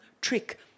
trick